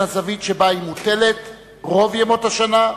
הזווית שבה היא מוטלת רוב ימות השנה,